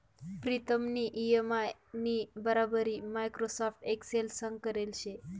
प्रीतमनी इ.एम.आय नी बराबरी माइक्रोसॉफ्ट एक्सेल संग करेल शे